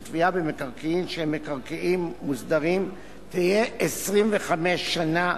תביעה במקרקעין שהם מקרקעין מוסדרים תהא 25 שנה,